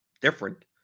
different